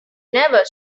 never